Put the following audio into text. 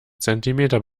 zentimeter